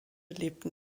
lebten